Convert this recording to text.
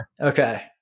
Okay